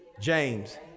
James